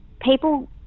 people